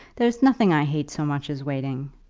there's nothing i hate so much as waiting.